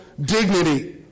dignity